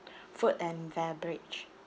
food and beverage